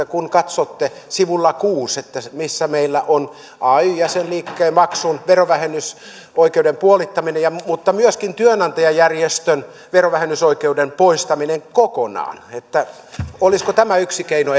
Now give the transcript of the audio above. kun katsotte sivulta kuusi missä meillä nämä on ay jäsenliikkeen maksun verovähennysoikeuden puolittamisen mutta myöskin työnantajajärjestöjen verovähennysoikeuden poistamisen kokonaan olisiko tämä yksi keino